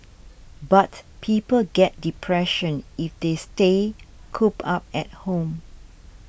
but people get depression if they stay cooped up at home